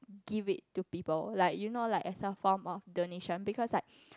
give it to people like you know like extra form of donation because like